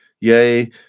Yea